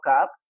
up